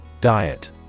Diet